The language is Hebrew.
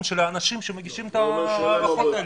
של האנשים שמגישים את ההערכות האלה.